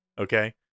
Okay